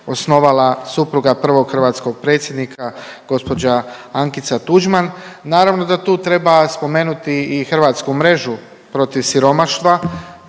osnovala supruga prvog hrvatskog predsjednika gospođa Ankica Tuđman. Naravno da tu treba spomenuti i Hrvatsku mrežu protiv siromaštva